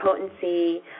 potency